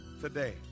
today